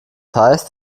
heißt